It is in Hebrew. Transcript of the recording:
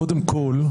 קודם כול,